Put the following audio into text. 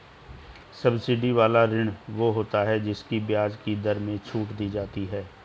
subsidy वाला ऋण वो होता है जिसकी ब्याज की दर में छूट दी जाती है